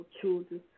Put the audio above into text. children